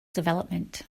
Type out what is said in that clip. development